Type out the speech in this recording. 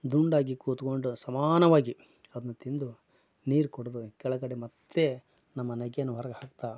ದುಂಡಾಗಿ ಕೂತ್ಕೊಂಡು ಸಮಾನವಾಗಿ ಅದನ್ನ ತಿಂದು ನೀರು ಕುಡ್ದು ಕೆಳಗಡೆ ಮತ್ತು ನಮ್ಮನೆಗೇನು ಹೊರ್ಗ್ ಹಾಕ್ತಾ